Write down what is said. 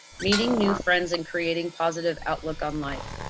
meeting new friends and creating positive outlook on life.